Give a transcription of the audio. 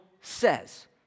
says